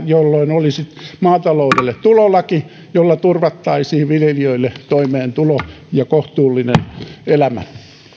jolloin olisi maataloudelle tulolaki jolla turvattaisiin viljelijöille toimeentulo ja kohtuullinen elämä